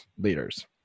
leaders